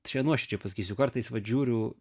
čia nuoširdžiai pasakysiu kartais vat žiūriu